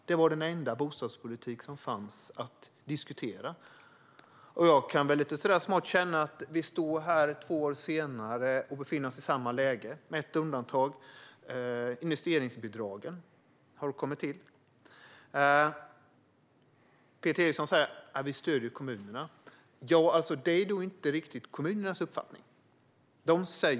Det var den enda bostadspolitik som fanns att diskutera. Jag kan väl känna lite smått att vi befinner oss i samma läge två år senare, med ett undantag - investeringsbidragen har kommit till. Peter Eriksson säger att man stöder kommunerna. Det är inte riktigt kommunernas uppfattning.